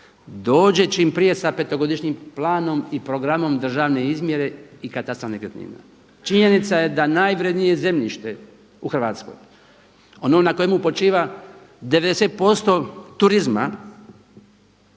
dođe čim prije sa petogodišnjim planom i programom državne izmjere i katastra nekretnina. Činjenica je da najvrijednije zemljište u Hrvatskoj, ono na kojemu počiva 90% turizma